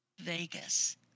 Vegas